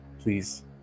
please